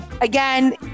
Again